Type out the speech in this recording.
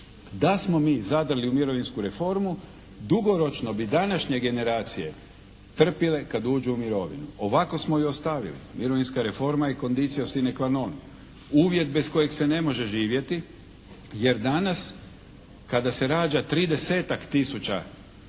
Da smo mi zadrli u mirovinsku reformu dugoročno bi današnje generacije trpile kad uđu u mirovinu. Ovako smo ju ostavili. Mirovinska reforma je conditio sine qua non, uvjet bez kojeg se ne može živjeti, jer danas kada se rađa tridesetak tisuća